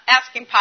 asking